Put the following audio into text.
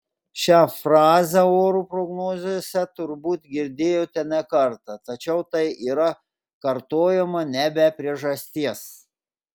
šią frazę orų prognozėse turbūt girdėjote ne kartą tačiau tai yra kartojama ne be priežasties